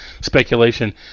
speculation